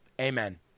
Amen